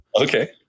okay